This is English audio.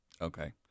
Okay